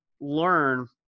learn